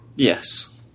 Yes